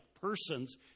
persons